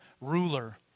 ruler